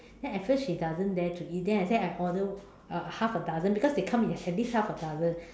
then at first she doesn't dare to eat then I say I order uh half a dozen because they come in every half a dozen